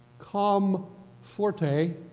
Comforte